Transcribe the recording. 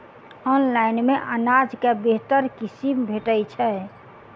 Online मे अनाज केँ बेहतर किसिम भेटय छै?